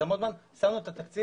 זה המון זמן שמנו את התקציב,